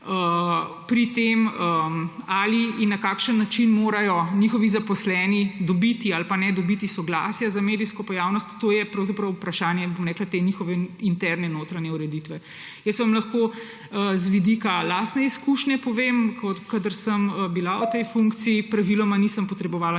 pri tem, ali in na kakšen način morajo njihovi zaposleni dobiti ali pa ne dobiti soglasja za medijsko pojavnost, to je pravzaprav vprašanje te njihove interne notranje ureditve. Lahko vam z vidika lastne izkušnje povem, kadar sem bila v tej funkciji, praviloma nisem potrebovala